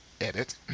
edit